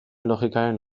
logikaren